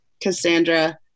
Cassandra